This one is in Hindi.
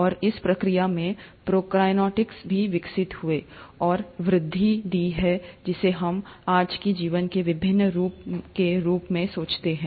और इस प्रक्रिया में प्रोकार्योट्स भी विकसित हुए हैं और वृद्धि दी है जिसे हम आज के जीवन के विभिन्न रूपों के रूप में सोचते हैं